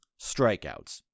strikeouts